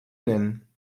nennen